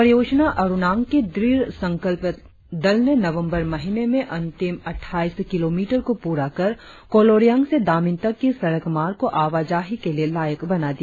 परियोजना अरुणांक की दृढ़ संकल्प दल ने नवम्बर महीने में अंतिम अट्ठाइस किलोमीटर को पूरा कर कोलोरियांग से दामिन तक की सड़क मार्ग को आवाजाही के लायक बना दिया